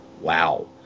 Wow